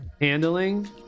handling